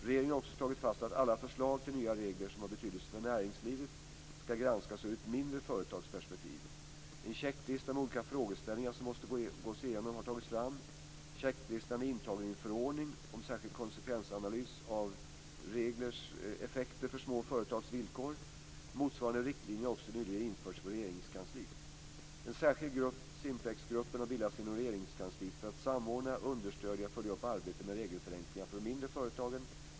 Regeringen har också slagit fast att alla förslag till nya regler som har betydelse för näringslivet skall granskas ur ett mindre företags perspektiv. En checklista med olika frågeställningar som måste gås igenom har tagits fram. Checklistan är intagen i en förordning om särskild konsekvensanalys av reglers effekter för små företags villkor. Motsvarande riktlinjer har också nyligen införts för Regeringskansliet. En särskild grupp, Simplexgruppen, har bildats inom Regeringskansliet för att samordna, understödja och följa upp arbetet med regelförenklingar för de mindre företagen.